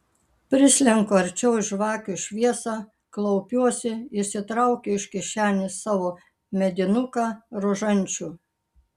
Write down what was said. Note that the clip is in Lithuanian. prislenku arčiau į žvakių šviesą klaupiuosi išsitraukiu iš kišenės savo medinuką rožančių